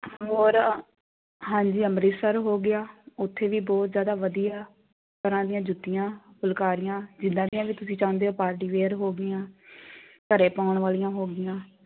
ਹੋਰ ਹਾਂਜੀ ਅੰਮ੍ਰਿਤਸਰ ਹੋ ਗਿਆ ਉੱਥੇ ਵੀ ਬਹੁਤ ਜ਼ਿਆਦਾ ਵਧੀਆ ਤਰ੍ਹਾਂ ਦੀਆਂ ਜੁੱਤੀਆਂ ਫੁਲਕਾਰੀਆਂ ਜਿੱਦਾਂ ਦੀਆਂ ਵੀ ਤੁਸੀਂ ਚਾਹੁੰਦੇ ਹੋ ਪਾਰਟੀ ਵੇਅਰ ਹੋ ਗਈਆਂ ਘਰ ਪਾਉਣ ਵਾਲੀਆਂ ਹੋ ਗਈਆਂ